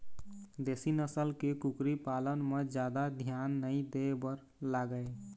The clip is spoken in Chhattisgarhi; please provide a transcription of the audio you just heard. देशी नसल के कुकरी पालन म जादा धियान नइ दे बर लागय